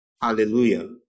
Hallelujah